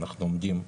אנחנו עומדים לרשותך.